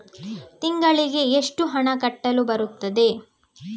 ತಿಂಗಳಿಗೆ ಎಷ್ಟು ಹಣ ಕಟ್ಟಲು ಬರುತ್ತದೆ?